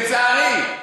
לצערי,